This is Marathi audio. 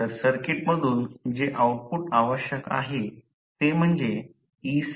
तर सर्किटमधून जे आऊटपुट आवश्यक आहे ते म्हणजे ec